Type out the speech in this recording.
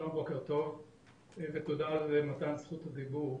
שלום, בוקר טוב ותודה על מתן זכות הדיבור.